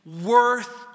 worth